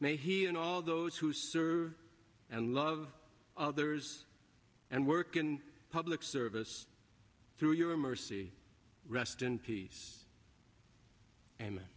may he and all those who serve and love others and work in public service through your mercy rest in peace and